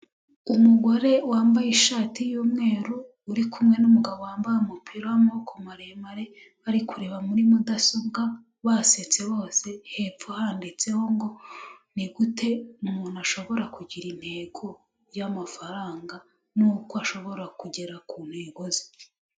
Umugore wambaye ishati y'umweru uri kumwe n'umugabo wambaye umupira wamaboko maremare, bari kureba muri mudasobwa, basetse bose, hepfo handitseho ngo, ni gute ? Umuntu ashobora kugira intego y'amafaranga, n'uko ashobora kugera ku ntego ze.